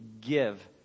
give